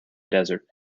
desert